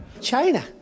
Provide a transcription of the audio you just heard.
China